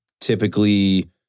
typically